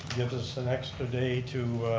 gives us an extra day to